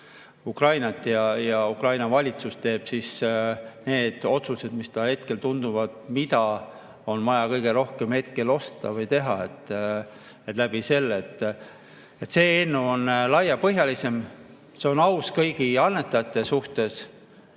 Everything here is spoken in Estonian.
Ukrainat. Ja Ukraina valitsus teeb need otsused, mis talle hetkel tunduvad õiged, mida on vaja kõige rohkem hetkel osta või mida tuleb teha. See eelnõu on laiapõhjalisem, see on aus kõigi annetajate suhtes.